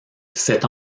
cet